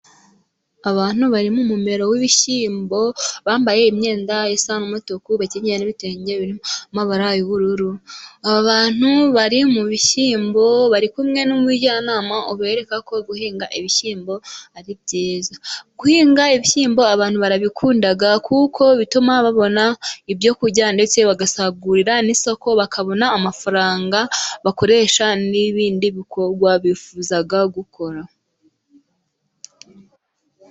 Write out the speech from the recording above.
Abantu bari mu mumero w'ibishyimbo bambaye imyenda isa n'umutuku bakenyeye n'ibitenge birimo amabara y'ubururu, aba bantu bari mu bishyimbo bari kumwe n'umujyanama uberekako guhinga ibishyimbo ari byiza. Guhinga ibishyimbo abantu barabikunda kuko bituma babona ibyo kurya ndetse bagasagurira n'isoko, bakabona amafaranga bakoresha n'ibindi bikorwa bifuza gukora.